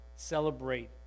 Celebrate